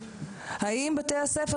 האם בתי הספר,